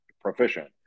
proficient